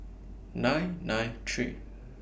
nine nine three